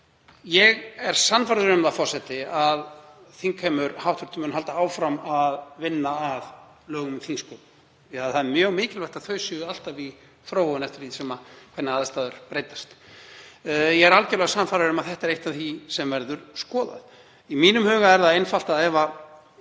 Ég er sannfærður um það, forseti, að hv. þingheimur mun halda áfram að vinna að lögum um þingsköp því að það er mjög mikilvægt að þau séu alltaf í þróun eftir því sem aðstæður breytast. Ég er algerlega sannfærður um að þetta er eitt af því sem verður skoðað. Í mínum huga er það einfalt að ef